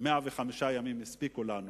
105 ימים הספיקו לנו,